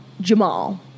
Jamal